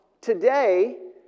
today